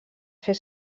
fer